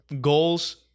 goals